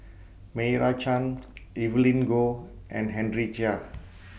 Meira Chand Evelyn Goh and Henry Chia